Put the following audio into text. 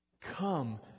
come